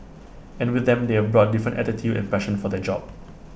and with them they have brought different attitude and passion for the job